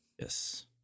Yes